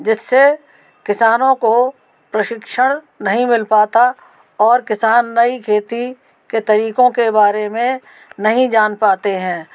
जिससे किसानों को प्रशिक्षण नहीं मिल पता और किसान नई खेती के तरीक़ों के बारे में नहीं जान पाते हैं